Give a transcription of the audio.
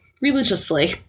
religiously